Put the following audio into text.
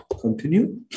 Continue